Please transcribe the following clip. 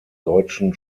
deutschen